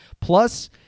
plus